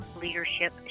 Leadership